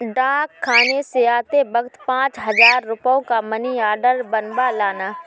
डाकखाने से आते वक्त पाँच हजार रुपयों का मनी आर्डर बनवा लाना